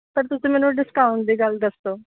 ਪਰ ਤੁਸੀਂ ਮੈਨੂੰ ਡਿਸਕਾਊਂਟ ਦੀ ਗੱਲ ਦੱਸੋ